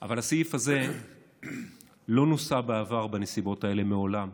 אבל הסעיף הזה לא נוסה בעבר בנסיבות האלה מעולם,